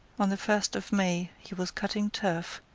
on the first of may he was cutting turf,